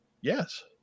Yes